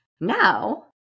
now